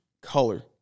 color